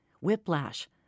whiplash